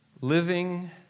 Living